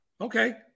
Okay